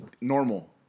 normal